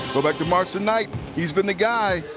go back to marson-knight. he's been the guy.